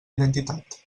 identitat